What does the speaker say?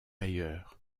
ailleurs